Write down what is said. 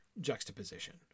juxtaposition